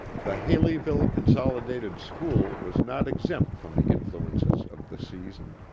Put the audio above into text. the haleyville consolidated school was not exempt from the influences of the season.